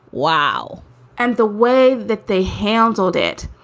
wow and the way that they handled it,